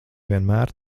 vienmēr